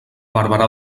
barberà